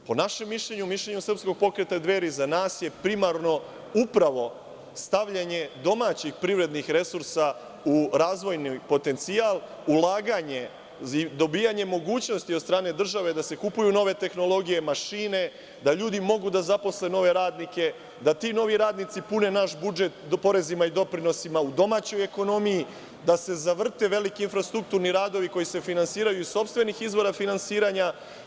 Po našem mišljenju, mišljenju Srpskog pokreta Dveri, za nas je primarno upravo stavljanje domaćih privrednih resursa u razvojni potencijal, dobijanje mogućnosti od strane države da se kupuju nove tehnologije, mašine, da ljudi mogu da zaposle nove radnike, da ti novi radnici pune naš budžet porezima i doprinosima u domaćoj ekonomiji, da se zavrte veliki infrastrukturni radovi koji se finansiraju iz sopstvenih izvora finansiranja.